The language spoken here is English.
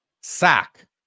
sack